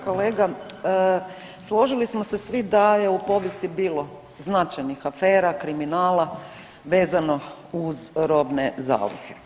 Kolega, složili smo se svi da je u povijesti bilo značajnih afera i kriminala vezano uz robne zalihe.